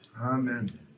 Amen